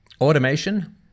automation